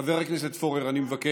חבר הכנסת פורר, אני מבקש.